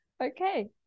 Okay